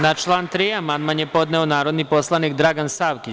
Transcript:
Na član 3. amandman je podneo narodni poslanik Dragan Savkić.